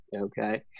okay